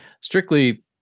strictly